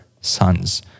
sons